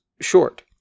short